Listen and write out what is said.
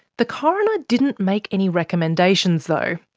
the coroner didn't make any recommendations though,